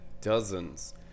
dozens